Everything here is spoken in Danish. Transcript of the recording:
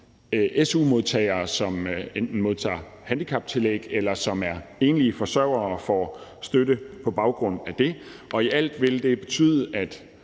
su-modtagere, som enten modtager handicaptillæg eller er enlige forsørgere og får støtte på baggrund af det. I alt vil det betyde, at